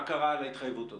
מה קרה להתחייבות הזה?